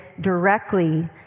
directly